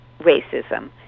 racism